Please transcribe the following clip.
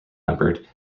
numbered